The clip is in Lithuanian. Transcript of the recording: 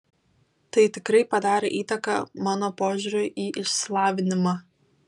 tai tikrai padarė įtaką mano požiūriui į išsilavinimą